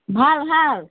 ভাল ভাল